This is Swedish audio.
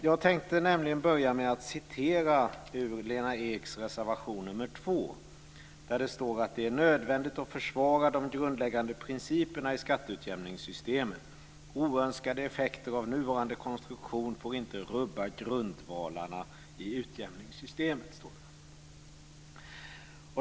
Jag tänkte börja med att citera ur Lena Eks reservation nr 2: "Det är därför nödvändigt att försvara de grundläggande principerna i skatteutjämningssystemet. Oönskade effekter som följer av systemets nuvarande tekniska konstruktion får inte tillåtas rubba grundvalarna för utjämningssystemet."